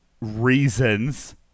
reasons